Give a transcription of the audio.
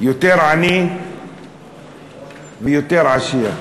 יותר עני ויותר עשיר.